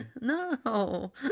No